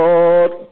Lord